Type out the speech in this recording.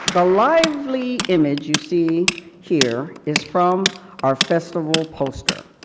the lively image you see here, is from our festival poster,